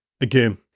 again